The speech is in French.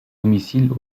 domicile